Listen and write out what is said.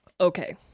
okay